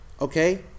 Okay